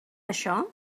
això